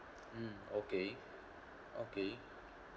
mm okay okay